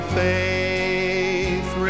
faith